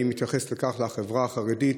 אני מתייחס בכך לחברה החרדית.